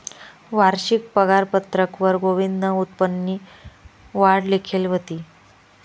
वारशिक पगारपत्रकवर गोविंदनं उत्पन्ननी वाढ लिखेल व्हती